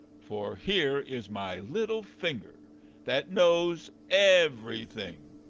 for here is my little finger that knows everything,